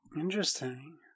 Interesting